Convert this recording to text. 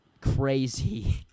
crazy